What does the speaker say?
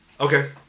Okay